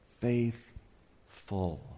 faithful